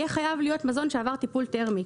יהיה חייב להיות מזון שעבר טיפול תרמי,